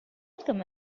welcome